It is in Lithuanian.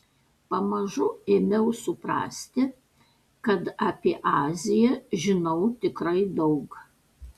pamažu ėmiau suprasti kad apie aziją žinau tikrai daug